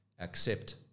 accept